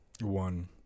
one